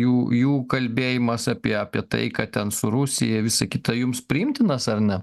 jų jų kalbėjimas apie apie taiką ten su rusija visa kita jums priimtinas ar ne